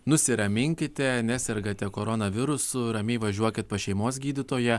nusiraminkite nesergate koronavirusu ramiai važiuokit pas šeimos gydytoją